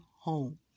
home